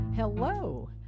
Hello